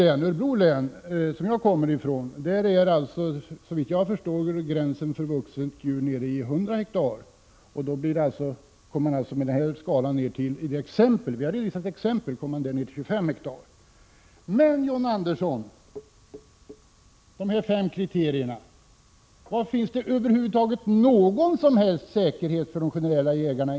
I Örebro län, som är mitt hemlän, dras gränsen — såvitt jag förstår — vid 100 hektar när det gäller att få skjuta ett vuxet djur. Det finns exempel på att vi med den aktuella skalan kommer ned till 25 hektar. Sedan, John Andersson, något om de fem kriterier som här nämnts. Innebär ert förslag över huvud taget någon säkerhet för de generella jägarna?